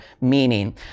meaning